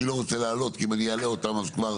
לא רוצה להעלות כי אם אני אעלה אותן אז כבר